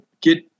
get